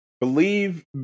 believe